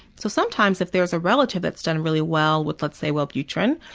so sometimes if there is a relative that's done really well with let's say wellbutrin.